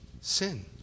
sin